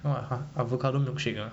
what avocado milkshake ah